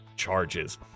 charges